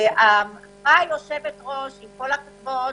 היושבת-ראש אמרה,